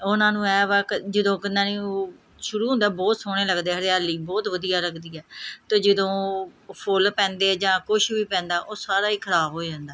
ਉਹਨਾਂ ਨੂੰ ਇਹ ਵਾ ਕ ਜਦੋਂ ਕਿਨਾ ਨੀ ਉਹ ਸ਼ੁਰੂ ਹੁੰਦਾ ਬਹੁਤ ਸੋਹਣੇ ਲੱਗਦੇ ਹਰਿਆਲੀ ਬਹੁਤ ਵਧੀਆ ਲੱਗਦੀ ਹੈ ਅਤੇ ਜਦੋਂ ਫੁੱਲ ਪੈਂਦੇ ਜਾਂ ਕੁਛ ਵੀ ਪੈਂਦਾ ਉਹ ਸਾਰਾ ਹੀ ਖ਼ਰਾਬ ਹੋ ਜਾਂਦਾ